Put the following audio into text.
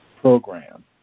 program